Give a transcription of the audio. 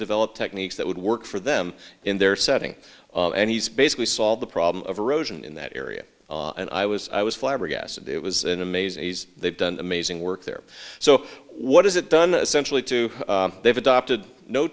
develop techniques that would work for them in their setting and he's basically solve the problem of erosion in that area and i was i was flabbergasted it was an amazing they've done amazing work there so what is it done centrally to they've adopted no